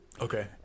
Okay